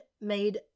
made